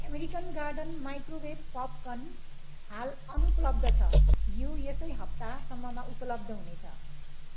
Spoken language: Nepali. अमेरिकन गार्डन माइक्रोवेभ पपकर्न हाल अनुपलब्ध छ यो यसै हप्तासम्ममा उपलब्ध हुनेछ